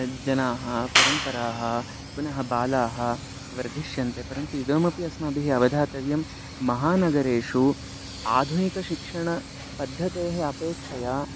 जनाः परम्पराः पुनः बालाः वर्धिष्यन्ते परन्तु इदमपि अस्माभिः अवधातव्यं महानगरेषु आधुनिकशिक्षणपद्धतेः अपेक्षया